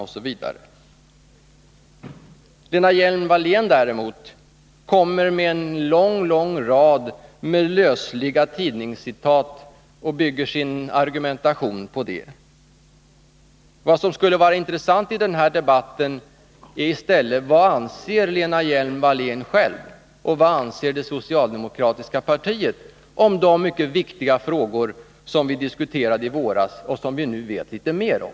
Lena Hjelm-Wallén kommer med en lång rad lösliga tidningscitat och bygger sin argumentation på dem. Vad som skulle vara intressant att få höra i denna debatt är i stället vad Lena Hjelm-Wallén själv anser och vad det socialdemokratiska partiet anser om de mycket viktiga frågor som vi diskuterade i våras och som vi nu vet litet mer om.